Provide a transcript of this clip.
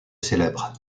célèbre